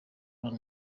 abana